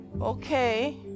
okay